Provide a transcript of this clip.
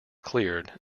cleared